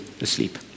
asleep